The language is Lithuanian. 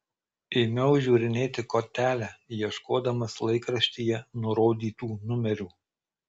ėmiau žiūrinėti kortelę ieškodamas laikraštyje nurodytų numerių